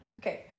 Okay